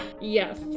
Yes